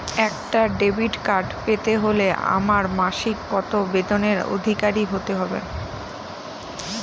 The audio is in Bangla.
একটা ডেবিট কার্ড পেতে হলে আমার মাসিক কত বেতনের অধিকারি হতে হবে?